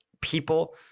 people